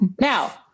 now